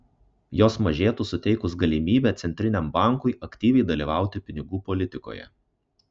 jos mažėtų suteikus galimybę centriniam bankui aktyviai dalyvauti pinigų politikoje